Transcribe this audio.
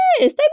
yes